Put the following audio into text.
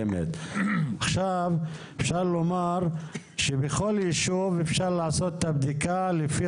עכשיו אפשר לומר שבכל יישוב אפשר לעשות את הבדיקה לפי